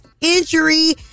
Injury